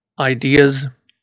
ideas